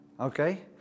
Okay